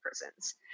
prisons